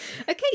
okay